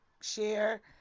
share